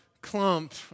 clump